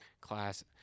class